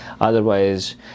otherwise